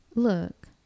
look